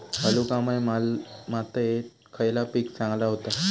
वालुकामय मातयेत खयला पीक चांगला होता?